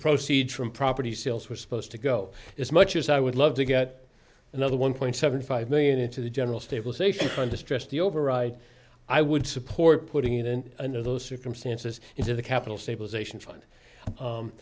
proceeds from property sales were supposed to go as much as i would love to get another one point seven five million into the general stabilization fund distressed the override i would support putting it in under those circumstances into the capital stabilization fund